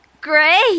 Great